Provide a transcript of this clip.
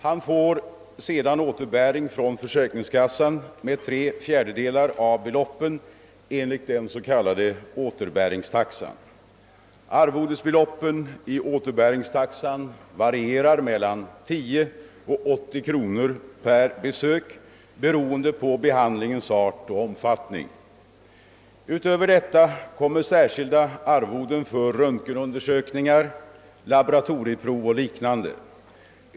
Han får sedan återbäring från försäkringskassan med tre fjärdedelar av beloppen enligt den s.k. återbäringstaxan. Arvodesbeloppen i återbäringstaxan varierar mellan 10 och 80 kronor per besök beroende på behandlingens art och omfattning. Utöver detta kommer särskilda arvoden för röntgenundersökningar, laboratorieprov och liknande.